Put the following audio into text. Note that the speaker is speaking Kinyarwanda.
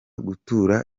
gutura